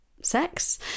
sex